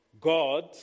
God